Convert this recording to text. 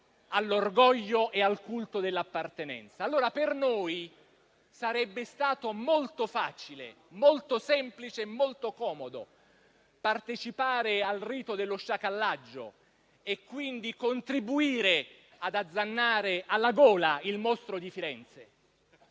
all'orgoglio e al culto dell'appartenenza. Per noi sarebbe stato molto semplice e comodo partecipare al rito dello sciacallaggio e contribuire ad azzannare alla gola il mostro di Firenze.